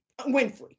Winfrey